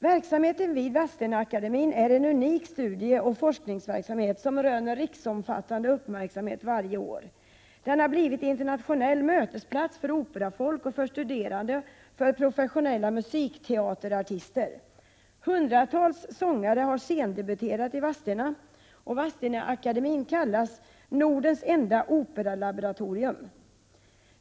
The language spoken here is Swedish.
Verksamheten vid Vadstena-akademien är en unik studieoch forskningsverksamhet, som röner riksomfattande uppmärksamhet varje år. Den har blivit en internationell mötesplats för operafolk och för studerande och professionella musikteaterartister. Hundratals sångare har scendebuterat i Vadstena. Vadstena-akademien har kallats ”Nordens enda operalaboratorium”.